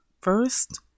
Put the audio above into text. first